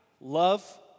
love